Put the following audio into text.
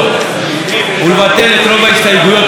ולבטל את רוב ההסתייגויות שהוגשו לחוק.